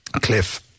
Cliff